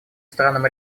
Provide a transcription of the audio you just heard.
странам